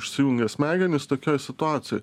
išsijungia smegenys tokioj situacijoj